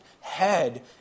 head